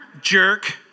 Jerk